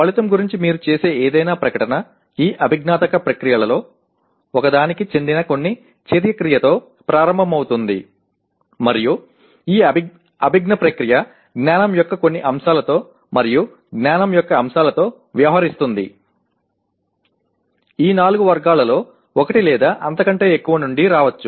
ఫలితం గురించి మీరు చేసే ఏదైనా ప్రకటన ఈ అభిజ్ఞాత్మక ప్రక్రియలలో ఒకదానికి చెందిన కొన్ని చర్య క్రియతో ప్రారంభమవుతుంది మరియు ఈ అభిజ్ఞా ప్రక్రియ జ్ఞానం యొక్క కొన్ని అంశాలతో మరియు జ్ఞానం యొక్క అంశాలతో వ్యవహరిస్తుంది ఈ నాలుగు వర్గాలలో ఒకటి లేదా అంతకంటే ఎక్కువ నుండి రావచ్చు